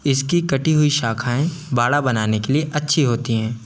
इसकी कटी हुई शाखाएँ बाड़ा बनाने के लिए अच्छी होती हैं